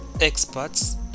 experts